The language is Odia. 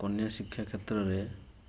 ଅନ୍ୟ ଶିକ୍ଷା କ୍ଷେତ୍ରରେ